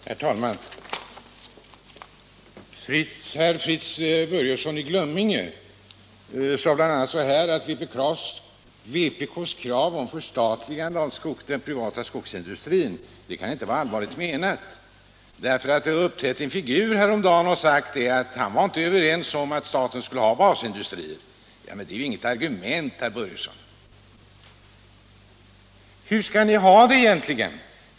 Herr talman! Herr Börjesson i Glömminge sade bl.a. att vpk:s krav om förstatligande av den privata skogsindustrin inte kan vara allvarligt menat, eftersom en figur häromdagen hade uppträtt och sagt att han inte var säker på att staten skall ha basindustrier. Men det är ju inget argument, herr Börjesson. Hur skall ni ha det egentligen?